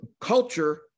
Culture